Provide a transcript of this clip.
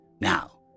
now